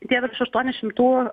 tie virš aštuonių šimtų